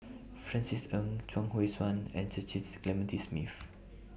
Francis Ng Chuang Hui Tsuan and Cecil's Clementi Smith